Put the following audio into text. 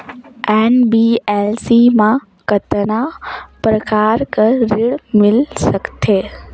NBFC मा कतना प्रकार कर ऋण मिल सकथे?